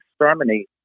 exterminate